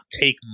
take